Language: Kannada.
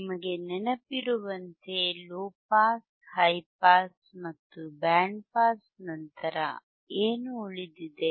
ನಿಮಗೆ ನೆನಪಿರುವಂತೆ ಲೊ ಪಾಸ್ ಹೈ ಪಾಸ್ ಮತ್ತು ಬ್ಯಾಂಡ್ ಪಾಸ್ ನಂತರ ಏನು ಉಳಿದಿದೆ